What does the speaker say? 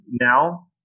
now